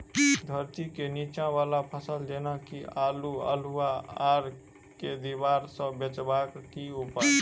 धरती केँ नीचा वला फसल जेना की आलु, अल्हुआ आर केँ दीवार सऽ बचेबाक की उपाय?